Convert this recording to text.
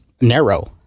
narrow